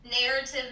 narrative